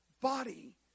body